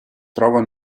trova